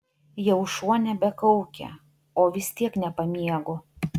jau šuo nebekaukia o vis tiek nepamiegu